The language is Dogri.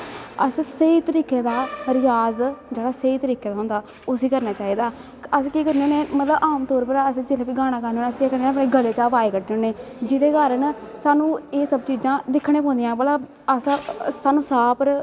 अस स्हेई तरीके दा रियाज़ जेह्ड़ा स्हेई तरीके दा होंदा उसी करनी चाही दा अस केह् करने होने मतलव आमतौर पर अस जिसलै बी गाना गाने होने अस गले चा अवाज़ कड्डने होने जेह्दे कारन साह्नू एह् सब चीजां दिक्खनें पौंदियां भला असैं साह्नू साह् पर